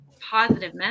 positive